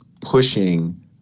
pushing